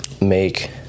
make